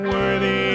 Worthy